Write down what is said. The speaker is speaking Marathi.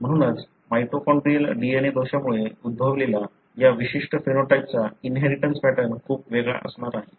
म्हणूनच माइटोकॉन्ड्रियल DNA दोषामुळे उद्भवलेल्या या विशिष्ट फेनोटाइपचा इनहेरिटन्स पॅटर्न खूप वेगळा असणार आहे